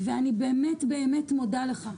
ואני באמת מודה לך.